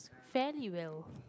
fairly well